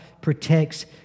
protects